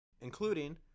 including